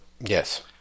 Yes